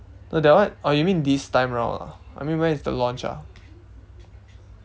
no that one oh you mean this time round ah I mean when is the launch ah